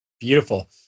Beautiful